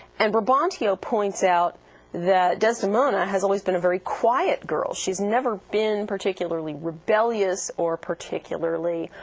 and brabantio points out that desdemona has always been a very quiet girl she's never been particularly rebellious or particularly